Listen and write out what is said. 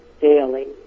daily